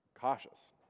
cautious